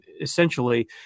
essentially